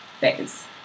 phase